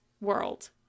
world